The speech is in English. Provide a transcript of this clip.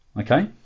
Okay